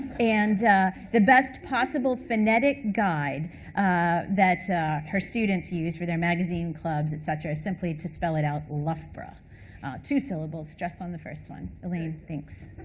and the best possible phonetic guide that her students use for their magazine clubs, et cetera, is simple to spell it out loughborough, two syllables, stress on the first one. elaine, thanks.